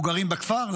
אנחנו גרים בכפר?